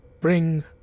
Bring